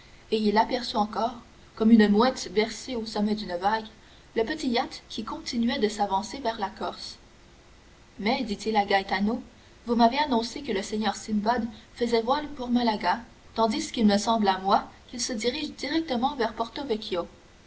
et il aperçut encore comme une mouette bercée au sommet d'une vague le petit yacht qui continuait de s'avancer vers la corse mais dit-il à gaetano vous m'avez annoncé que le seigneur simbad faisait voile pour malaga tandis qu'il me semble à moi qu'il se dirige directement vers